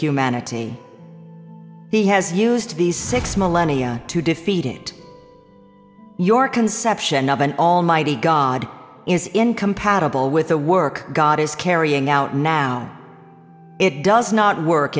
humanity he has used these six millennia to defeat it your conception of an almighty god is incompatible with the work god is carrying out now it does not work